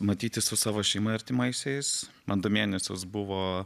matytis su savo šeima artimaisiais man du mėnesius buvo